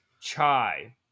chai